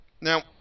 now